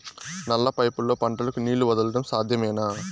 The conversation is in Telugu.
నల్ల పైపుల్లో పంటలకు నీళ్లు వదలడం సాధ్యమేనా?